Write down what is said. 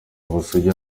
ubusugi